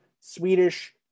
Swedish